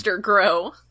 grow